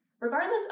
Regardless